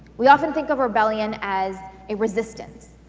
we often think of rebellion as a resistance,